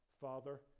Father